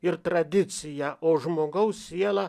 ir tradicija o žmogaus siela